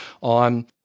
on